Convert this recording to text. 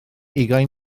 ugain